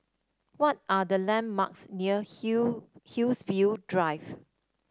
what are the landmarks near Haig Haigsville Drive